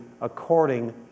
according